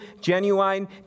genuine